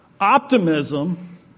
Optimism